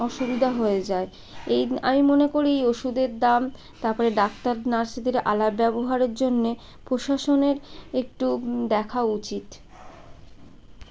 অসুবিধা হয়ে যায় এই আমি মনে করি ওষুধের দাম তারপরে ডাক্তার নার্সদের আলাপ ব্যবহারের জন্যে প্রশাসনের একটু দেখা উচিত